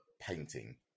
painting